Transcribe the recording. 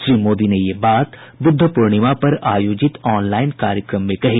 श्री मोदी ने यह बात बुद्ध पूर्णिमा पर आयोजित ऑनलाइन कार्यक्रम में कही